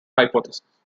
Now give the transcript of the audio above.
hypothesis